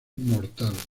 mortal